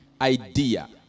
idea